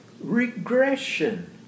regression